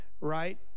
Right